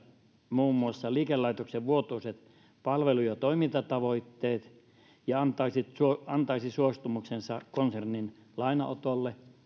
muun muassa liikelaitoksen vuotuiset palvelu ja toimintatavoitteet ja antaisi antaisi suostumuksensa konsernin lainanotolle